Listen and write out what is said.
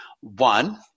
One